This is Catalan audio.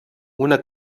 una